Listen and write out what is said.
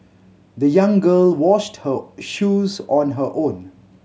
the young girl washed her shoes on her own